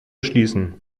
schließen